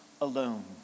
alone